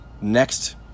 next